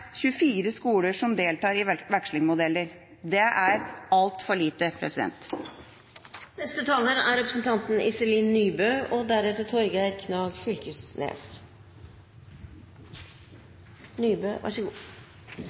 24 skoler som deltar i vekslingsmodeller. Det er altfor lite.